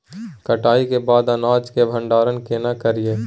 कटाई के बाद अनाज के भंडारण केना करियै?